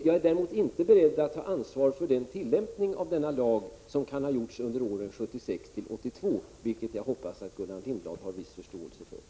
Jag är däremot inte beredd att ta ansvar för den tillämpning av denna lag som kan ha gjorts under åren 1976-1982, vilket jag hoppas Gullan Lindblad har viss förståelse för.